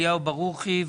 אליהו ברוכי,